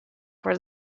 were